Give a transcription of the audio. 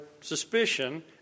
suspicion